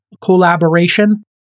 collaboration